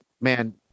man